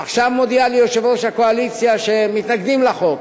עכשיו מודיע לי יושב-ראש הקואליציה שהם מתנגדים לחוק.